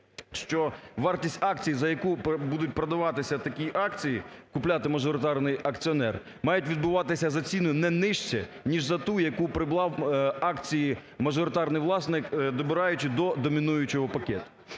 що вартість акцій, за яку будуть продаватися такі акції, купляти мажоритарний акціонер, мають відбуватися за ціною не нижче ніж за ту, за яку придбав акції мажоритарний власник, добираючи до домінуючого пакету.